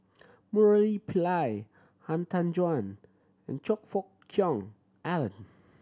Murali Pillai Han Tan Juan and Choe Fook Cheong Alan